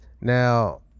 Now